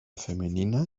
femenina